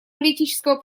политического